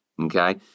Okay